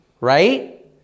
right